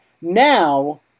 Now